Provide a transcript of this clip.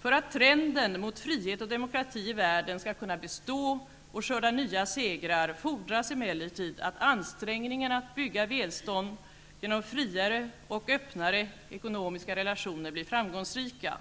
För att trenden mot frihet och demokrati i världen skall kunna bestå och skörda nya segrar fordras emellertid att ansträngningarna att bygga välstånd genom friare och öppnare ekonomiska relationer blir framgångsrika.